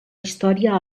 història